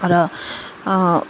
र